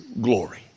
glory